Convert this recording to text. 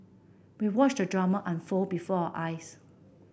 we watched the drama unfold before our eyes